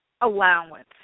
allowance